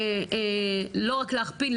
לא רק להכפיל,